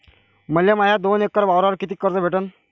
मले माया दोन एकर वावरावर कितीक कर्ज भेटन?